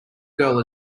girl